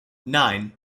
nine